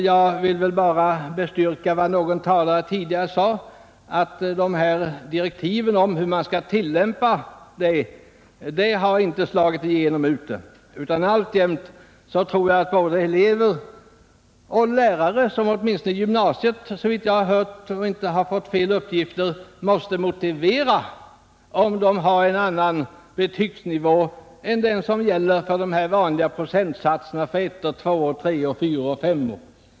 Jag vill bara bestyrka vad någon talare tidigare här sade, att direktiven om hur betygssystemet skall tillämpas har inte slagit igenom ute i landet. Alltjämt vet varken elever eller lärare hur det skall vara. Om inte jag fått fel uppgifter förekommer det i gymnasiet, att lärare måste motivera om de har en annan betygsfördelning än den som anges av de vanliga procentsatserna för de olika betygen 1 till 5.